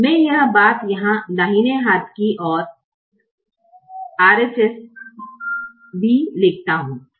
मैं यह बात यहाँ दाहिने हाथ की ओर RHS भी लिखता हूं